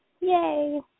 Yay